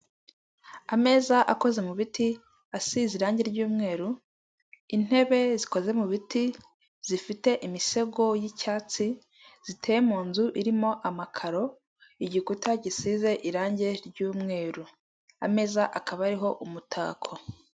Ameza akoze mu biti asize irangi ry'umweru, intebe zikoze mu biti zifite imisego y'icyatsi ziteye mu nzu irimo amakaro igikuta gisize irangi ry'umweru, ameza akaba ariho umutako.